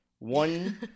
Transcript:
One